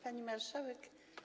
Pani Marszałek!